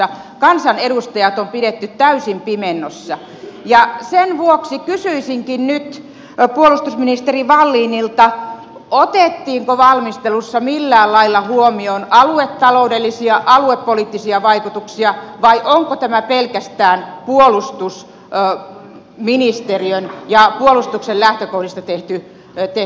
kansanedustajat on pidetty täysin pimennossa ja sen vuoksi kysyisinkin nyt puolustusministeri wallinilta otettiinko valmistelussa millään lailla huomioon aluetaloudellisia aluepoliittisia vaikutuksia vai onko tämä pelkästään puolustusministeriön ja puolustuksen lähtökohdista tehty päätös